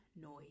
noise